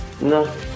No